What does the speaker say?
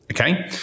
okay